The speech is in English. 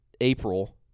April